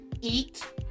eat